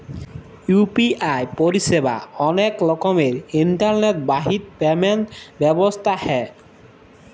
UPI পরিসেবা অলেক রকমের ইলটারলেট বাহিত পেমেল্ট ব্যবস্থা হ্যয়